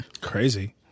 Crazy